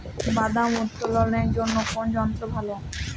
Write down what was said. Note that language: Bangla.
বাদাম উত্তোলনের জন্য কোন যন্ত্র ভালো?